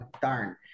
darn